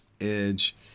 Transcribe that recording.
Edge